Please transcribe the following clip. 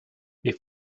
these